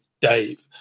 Dave